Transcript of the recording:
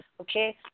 okay